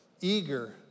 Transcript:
eager